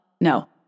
no